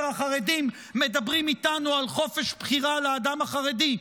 החרדיים מדברים איתנו על חופש בחירה לאדם החרדי.